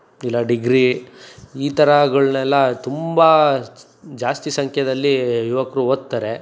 ಇಲ್ಲ ಡಿಗ್ರಿ ಈ ಥರಗಳ್ನೆಲ್ಲ ತುಂಬ ಜಾಸ್ತಿ ಸಂಖ್ಯೆನಲ್ಲಿ ಯುವಕರು ಓದ್ತಾರೆ